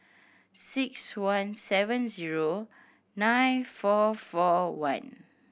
six one seven zero nine four four one